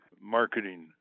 marketing